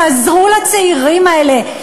תעזרו לצעירים האלה,